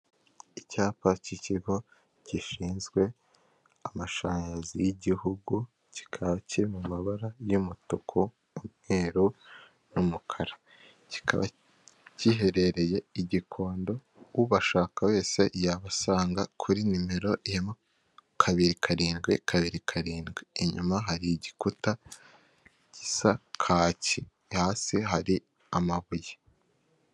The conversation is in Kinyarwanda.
Icyapa cy'ikigo gishinzwe amashanyarazi y'igihugu kikaba kiri mu mabara y'umutuku n'umweru n'umukara. Kikaba giherereye i Gikondo ubashaka wese yabasanga kuri nimero ya kabiri karindwi, kabiri karindwi. Inyuma hari igikuta gisa kaki hasi hari amabuye.